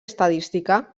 estadística